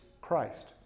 Christ